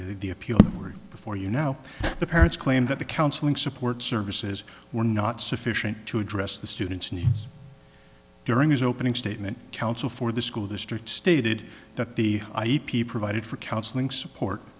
the appeal were before you know the parents claim that the counseling support services were not sufficient to address the student's need during his opening statement counsel for the school district stated that the i e p provided for counseling support